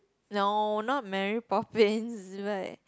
no not Mary-Poppins but